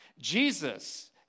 Jesus